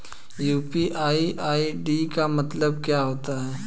UPI ID का मतलब क्या होता है?